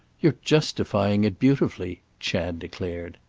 you're justifying it beautifully! chad declared.